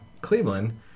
Cleveland